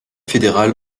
fédéral